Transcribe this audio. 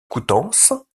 coutances